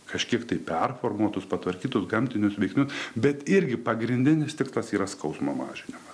kažkiek tai performuotus patvarkytus gamtinius veiksnius bet irgi pagrindinis tikslas yra skausmo mažinimas